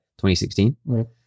2016